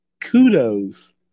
kudos